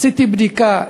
עשיתי בדיקה.